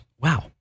Wow